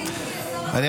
לו.